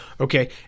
Okay